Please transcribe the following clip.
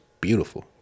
beautiful